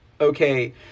okay